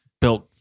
built